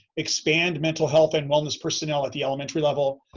expand mental health and wellness personnel at the elementary level.